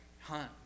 hunt